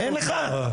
אין לך?